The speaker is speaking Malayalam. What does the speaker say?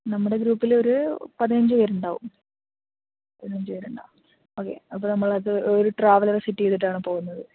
നമ്മുടെ ഗ്രൂപ്പിലൊരു പതിനഞ്ചു പേരുണ്ടാവും പതിനഞ്ചു പേരുണ്ടാവും ഓക്കെ അപ്പോൾ നമ്മളത് ഒരു ട്രവല്ലർ സെറ്റ് ചെയ്തിട്ടാണ് പോവുന്നത്